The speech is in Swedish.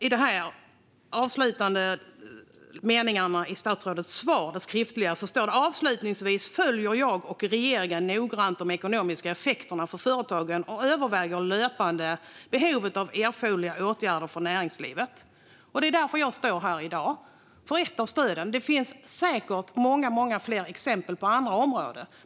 I de avslutande raderna i statsrådets skriftliga svar står det på följande sätt: "Avslutningsvis följer jag och regeringen noggrant de ekonomiska effekterna för företagen och överväger löpande behovet av erforderliga åtgärder för näringslivet." Det är för ett av dessa stöds skull som jag står här i dag. Det finns säkert många fler exempel på andra områden.